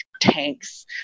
tanks